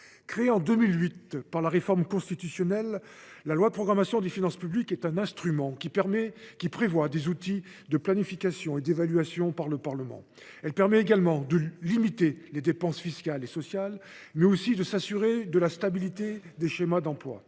Créée en 2008 par la réforme constitutionnelle, la loi de programmation des finances publiques est un instrument qui prévoit des outils de planification et d’évaluation pour le Parlement. Elle permet également de limiter les dépenses fiscales et sociales, mais aussi de s’assurer de la stabilité des schémas d’emplois.